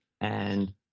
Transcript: and-